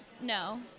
No